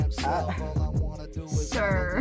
sir